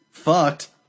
fucked